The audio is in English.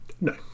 no